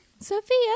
Sophia